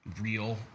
real